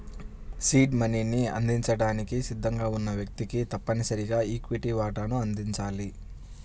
seed మనీని అందించడానికి సిద్ధంగా ఉన్న వ్యక్తికి తప్పనిసరిగా ఈక్విటీ వాటాను అందించాలి